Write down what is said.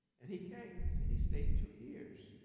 and he came and he stayed two years.